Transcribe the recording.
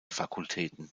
fakultäten